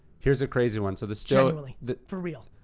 here's a crazy one, so this genuinely, for real.